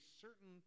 certain